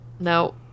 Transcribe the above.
No